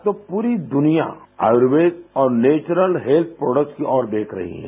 आज तो पूरी दुनिया आयुर्वेद और नेच्यूरल हैल्थ प्रोडक्ट्स की ओर देख रही है